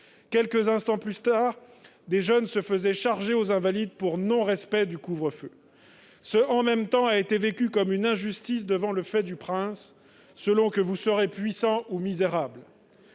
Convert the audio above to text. Quelques instants plus tard, aux Invalides, des jeunes se faisaient charger pour non-respect dudit couvre-feu ... Ce « en même temps » a été vécu comme une injustice devant le fait du prince :« Selon que vous serez puissant ou misérable